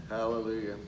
Hallelujah